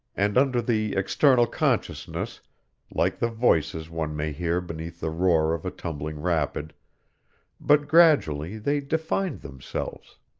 and under the external consciousness like the voices one may hear beneath the roar of a tumbling rapid but gradually they defined themselves.